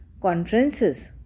conferences